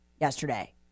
yesterday